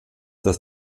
das